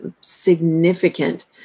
significant